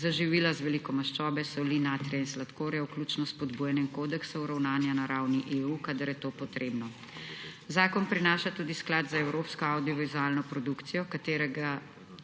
za živila z veliko maščobe, soli, natrija in sladkorjev, vključno s spodbujanjem kodeksov ravnanja na ravni EU, kadar je to potrebno. Zakon prinaša tudi Sklad za evropsko avdiovizualno produkcijo, katerega